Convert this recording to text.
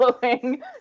following